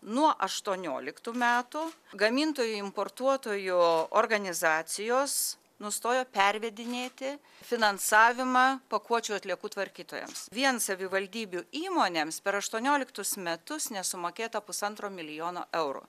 nuo aštuonioliktų metų gamintojų importuotojų organizacijos nustojo pervedinėti finansavimą pakuočių atliekų tvarkytojams vien savivaldybių įmonėms per aštuonioliktus metus nesumokėta pusantro milijono eurų